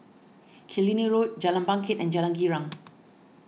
Killiney Road Jalan Bangket and Jalan Girang